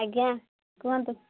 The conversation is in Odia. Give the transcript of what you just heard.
ଆଜ୍ଞା କୁହନ୍ତୁ